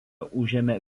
užėmė